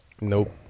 Nope